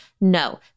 No